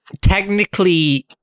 Technically